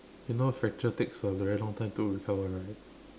you know fracture takes a very long time to recover right